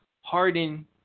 Harden